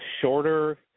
shorter